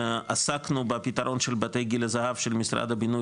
עסקנו בפתרון של בתי גיל הזהב של משרד הבינוי